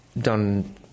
done